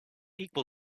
equal